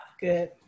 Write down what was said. Good